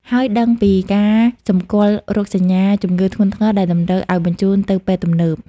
ហើយដឹងពីការសម្គាល់រោគសញ្ញាជំងឺធ្ងន់ធ្ងរដែលតម្រូវឱ្យបញ្ជូនទៅពេទ្យទំនើប។